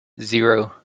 zero